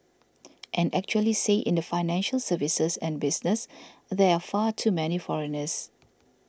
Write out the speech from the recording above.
and actually say in the financial services and business there are far too many foreigners